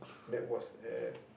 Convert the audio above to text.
that was at